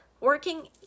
working